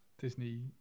Disney